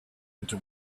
into